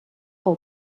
pel